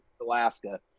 alaska